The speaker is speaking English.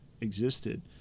existed